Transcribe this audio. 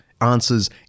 Answers